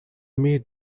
made